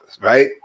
right